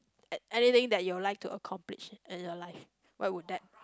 at anything that you like to accomplish in your life what would that